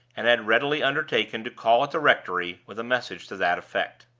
and had readily undertaken to call at the rectory with a message to that effect.